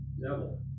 devil